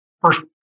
first